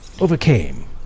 overcame